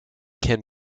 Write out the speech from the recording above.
can